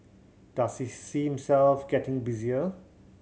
does he see himself getting busier